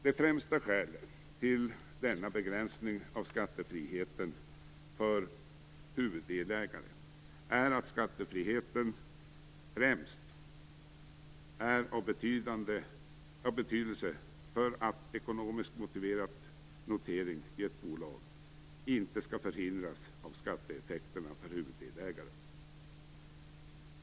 Det främsta skälet till denna begränsning av skattefrihet för huvuddelägare är att skattefriheten främst är av betydelse för att en ekonomiskt motiverad notering av ett bolag inte skall förhindras av skatteeffekterna för huvuddelägaren.